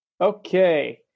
Okay